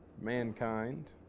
mankind